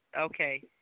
Okay